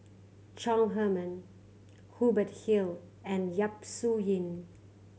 Chong Heman Hubert Hill and Yap Su Yin